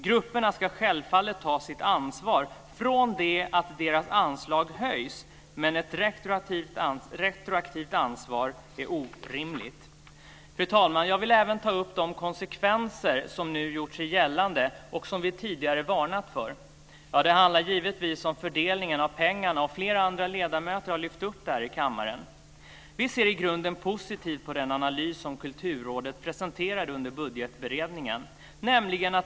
Grupperna ska självfallet ta sitt ansvar från det att deras anslag höjs, men ett retroaktivt ansvar är orimligt. Fru talman! Jag vill även ta upp de konsekvenser som nu gjort sig gällande och som vi tidigare varnat för. Det handlar givetvis om fördelningen av pengarna. Flera andra ledamöter har lyft upp den frågan i kammaren. Vi ser i grunden positivt på den analys som Kulturrådet presenterade under budgetberedningen.